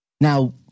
Now